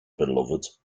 beloved